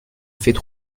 faits